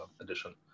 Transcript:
edition